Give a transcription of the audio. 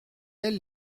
elle